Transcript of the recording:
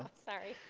ah sorry.